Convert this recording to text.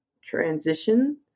Transition